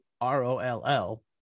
R-O-L-L